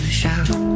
shout